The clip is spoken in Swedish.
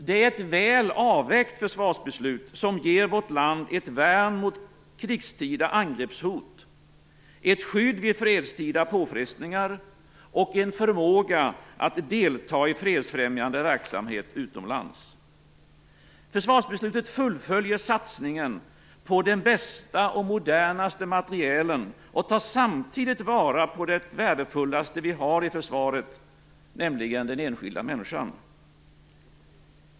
Det är ett väl avvägt försvarsbeslut som ger vårt land ett värn mot krigstida angreppshot, ett skydd vid fredstida påfrestningar och en förmåga att delta i fredsfrämjande verksamhet utomlands. Försvarsbeslutet fullföljer satsningen på den bästa och modernaste materielen och tar samtidigt vara på det värdefullaste vi har i försvaret, nämligen den enskilda människan.